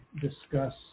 discuss